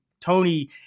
Tony